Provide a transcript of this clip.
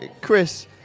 Chris